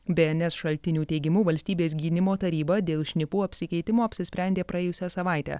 bns šaltinių teigimu valstybės gynimo taryba dėl šnipų apsikeitimo apsisprendė praėjusią savaitę